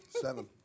Seven